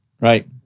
right